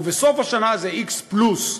ובסוף השנה זה x פלוס.